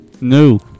No